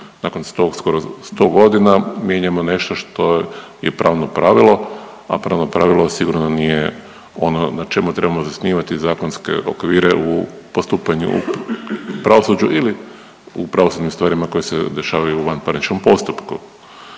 skoro sto godina mijenjamo nešto što je pravno pravilo, a pravno pravilo sigurno nije ono na čemu trebamo zasnivati zakonske okvire u postupanju u pravosuđu ili u pravosudnim stvarima koje se dešavaju u vanparničnom postupku.